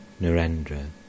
Narendra